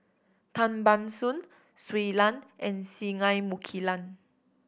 Tan Ban Soon Shui Lan and Singai Mukilan